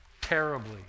terribly